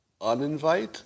uninvite